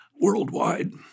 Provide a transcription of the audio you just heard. worldwide